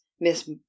Miss